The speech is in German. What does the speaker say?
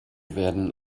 werden